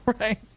Right